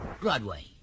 Broadway